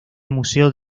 museo